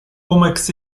pumeks